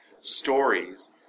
stories